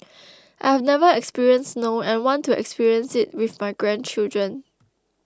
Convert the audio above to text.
I have never experienced snow and want to experience it with my grandchildren